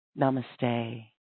Namaste